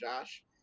Josh